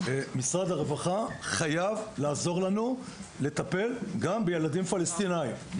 משרד הרווחה חייב לעזור לנו לטפל גם בילדים פלסטינאים,